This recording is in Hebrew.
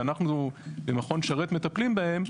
ואנחנו במכון שרת מטפלים בהם,